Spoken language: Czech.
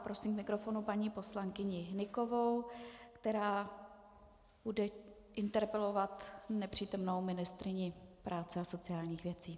Prosím k mikrofonu paní poslankyni Hnykovou, která bude interpelovat nepřítomnou ministryni práce a sociálních věcí.